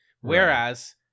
Whereas